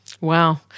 Wow